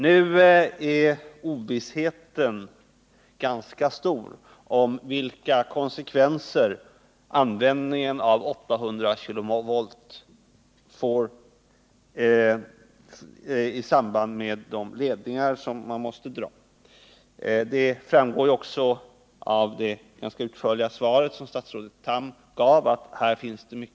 Ovissheten är emellertid ganska stor om vilka konsekvenser användningen av 800 kV medför med tanke på de ledningar man måste dra. Att det här finns delade meningar framgår också av det ganska utförliga svar som statsrådet Tham har lämnat.